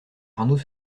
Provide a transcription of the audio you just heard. arnaud